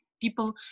People